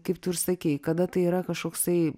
kaip tu ir sakei kada tai yra kažkoksai